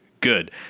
good